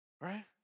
Right